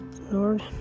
Lord